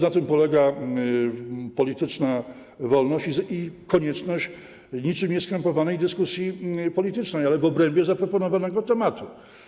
Na tym polega polityczna wolność i konieczność niczym nieskrępowanej dyskusji politycznej - ale w obrębie zaproponowanego tematu.